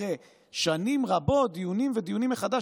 אחרי שנים רבות של דיונים ודיונים מחדש,